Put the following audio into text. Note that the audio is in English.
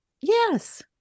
Yes